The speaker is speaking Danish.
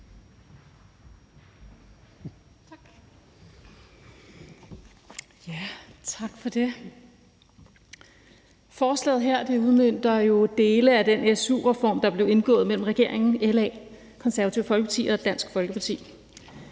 Tak for det.